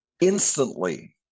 instantly